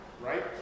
right